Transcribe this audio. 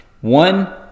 one